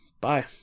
Bye